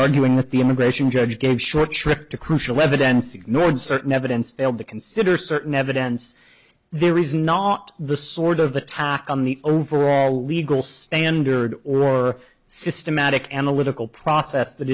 arguing with the immigration judge gave short shrift to crucial evidence ignored certain evidence failed to consider certain evidence there is not the sort of attack on the overall legal standard or systematic analytical process that